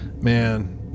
Man